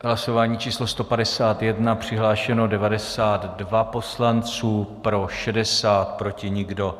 Hlasování číslo 151, přihlášeno 92 poslanců, pro 60, proti nikdo.